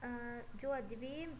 ਜੋ ਅੱਜ ਵੀ